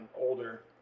older